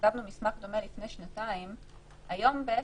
כשכתבנו מסמך דומה לפני שנתיים: בעצם,